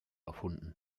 erfunden